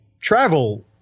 travel